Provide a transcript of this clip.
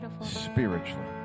spiritually